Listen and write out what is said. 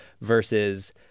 versus